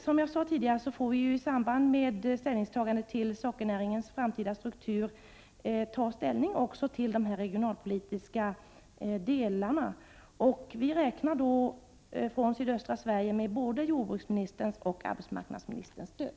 Som jag sade tidigare får vi, i samband med ställningstagandet till sockernäringens framtida struktur, ta ställning också till de olika regionalpolitiska frågorna. Vi räknar då från sydöstra Sverige med både jordbruksministerns och arbetsmarknadsministerns stöd.